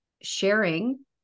sharing